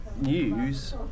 News